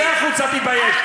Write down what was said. צא החוצה, תתבייש.